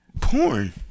Porn